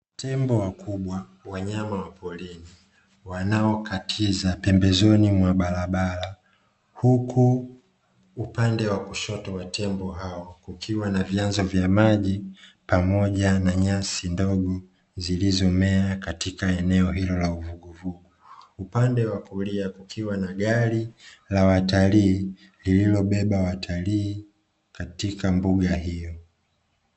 Tembo wakubwa (wanyama wa porini) wanaokatiza pembezoni mwa barabara, huku upande wa kushoto wa tembo hao kukiwa na vyanzo vya maji pamoja na nyasi ndogo zilizomea katika eneo hilo la uvuguvugu. Upande wa kulia kukiwa na gari la watalii lililobeba watalii katika mbuga hiyo.